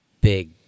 big